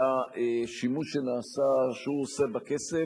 לשימוש שהוא עושה בכסף,